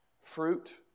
Fruit